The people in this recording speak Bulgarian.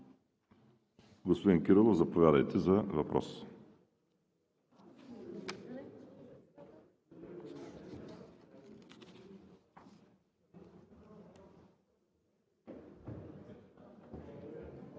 Господин Кирилов, заповядайте за въпрос.